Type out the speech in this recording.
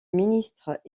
ministre